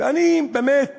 ואני באמת שואל,